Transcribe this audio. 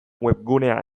webgunea